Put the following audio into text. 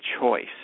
choice